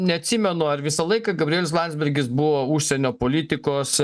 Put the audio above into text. neatsimenu ar visą laiką gabrielius landsbergis buvo užsienio politikos